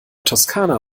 toskana